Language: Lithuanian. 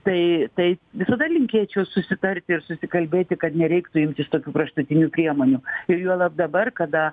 tai tai visada linkėčiau susitarti ir susikalbėti kad nereiktų imtis tokių kraštutinių priemonių ir juolab dabar kada